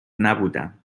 نبودم